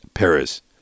Paris